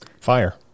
Fire